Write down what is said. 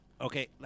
okay